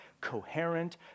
coherent